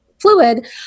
Fluid